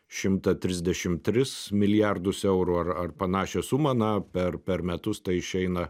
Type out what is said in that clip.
šimtą trisdešim tris milijardus eurų ar ar panašią sumą na per per metus tai išeina